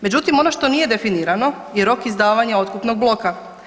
Međutim, ono što nije definirano je rok izdavanja otkupnog bloka.